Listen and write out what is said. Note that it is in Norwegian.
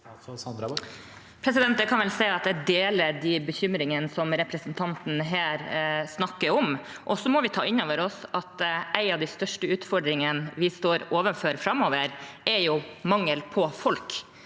Jeg kan vel si at jeg deler de bekymringene som representanten her snakker om. Vi må ta inn over oss at en av de største utfordringene vi står overfor framover, er mangel på folk